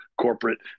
corporate